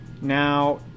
Now